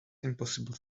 impossible